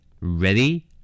Ready